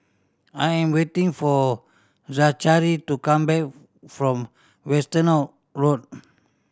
I am waiting for Zachary to come back from Road